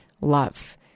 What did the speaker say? love